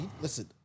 Listen